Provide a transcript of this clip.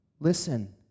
Listen